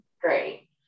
great